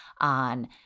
on